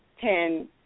ten